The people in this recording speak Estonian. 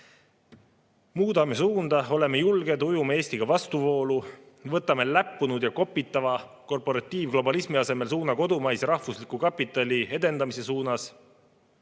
Muudame suunda, oleme Eestis julged ujuma vastuvoolu, võtame läppunud ja kopitava korporatiivglobalismi asemel suuna kodumaise rahvusliku kapitali edendamisele!